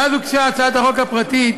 מאז הוגשה הצעת החוק הפרטית,